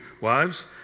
Wives